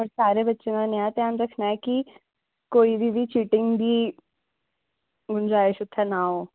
ते सारें बच्चें दा ध्यान रक्खना की कोई बी चीटिंग गी कोई गंजैश उत्थें ना हो